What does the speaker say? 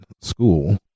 school